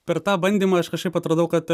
per tą bandymą aš kažkaip atradau kad